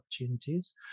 opportunities